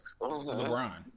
LeBron